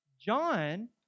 John